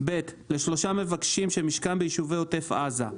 לשלושה מבקשים שמשקם ביישובי עוטף עזה,